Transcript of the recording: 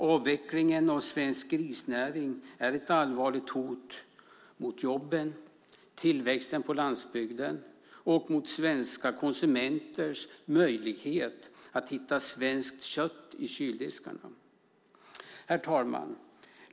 Avvecklingen av svensk grisnäring är ett allvarligt hot mot jobben, tillväxten på landsbygden och mot svenska konsumenters möjlighet att hitta svenskt kött i kyldiskarna. Herr talman!